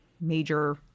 major